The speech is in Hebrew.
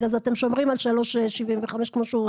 אז אתם שומרים על 3.25 כמו שהוא מציין?